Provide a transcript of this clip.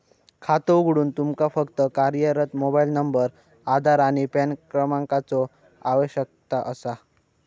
खातो उघडूक तुमका फक्त कार्यरत मोबाइल नंबर, आधार आणि पॅन क्रमांकाचो आवश्यकता असा